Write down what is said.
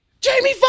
Jamie